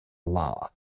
law